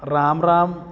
Ram Ram